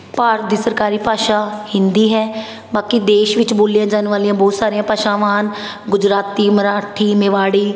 ਭਾਰਤ ਦੀ ਸਰਕਾਰੀ ਭਾਸ਼ਾ ਹਿੰਦੀ ਹੈ ਬਾਕੀ ਦੇਸ਼ ਵਿੱਚ ਬੋਲੀਆਂ ਜਾਣ ਵਾਲੀਆਂ ਬਹੁਤ ਸਾਰੀਆਂ ਭਾਸ਼ਾਵਾਂ ਹਨ ਗੁਜਰਾਤੀ ਮਰਾਠੀ ਮੇਵਾੜੀ